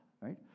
Right